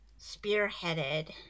spearheaded